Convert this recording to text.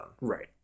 right